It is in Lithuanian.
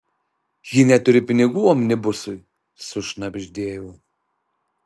ji neturi pinigų omnibusui sušnabždėjau